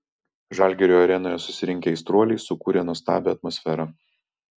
žalgirio arenoje susirinkę aistruoliai sukūrė nuostabią atmosferą